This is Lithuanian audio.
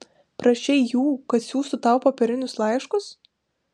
prašei jų kad siųstų tau popierinius laiškus